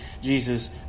Jesus